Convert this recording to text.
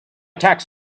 tax